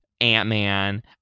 Ant-Man